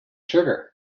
sugar